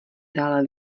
dále